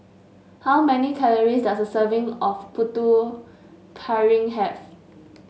how many calories does a serving of Putu Piring have